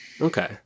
Okay